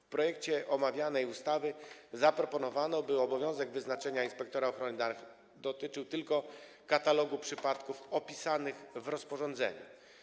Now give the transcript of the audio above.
W projekcie omawianej ustawy zaproponowano, by obowiązek wyznaczenia inspektora ochrony danych dotyczył tylko katalogu przypadków opisanych w rozporządzeniu.